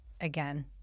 again